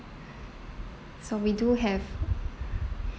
so we do have